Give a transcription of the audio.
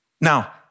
Now